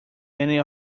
many